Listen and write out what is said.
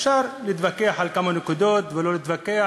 אפשר להתווכח על כמה נקודות או לא להתווכח